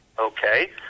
okay